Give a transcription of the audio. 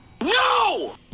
No